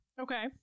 Okay